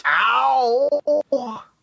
Ow